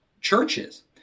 churches